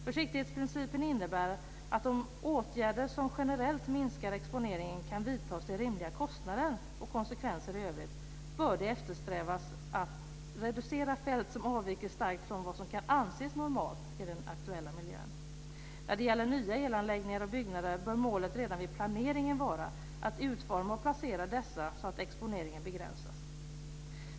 Försiktighetsprincipen innebär att om åtgärder som generellt minskar exponeringen kan vidtas till rimliga kostnader och konsekvenser i övrigt bör det eftersträvas att reducera fält som avviker starkt från vad som kan anses normalt i den aktuella miljön. När det gäller nya elanläggningar och byggnader bör målet redan vid planeringen vara att utforma och placera dessa så att exponeringen begränsas.